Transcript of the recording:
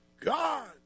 God